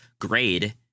grade